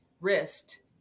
wrist